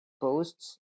posts